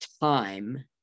time